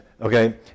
Okay